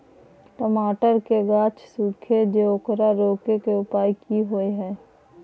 टमाटर के गाछ सूखे छै ओकरा रोके के उपाय कि होय है?